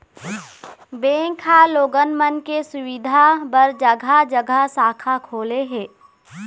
bank ह लोगन मन के सुबिधा बर जघा जघा शाखा खोले हे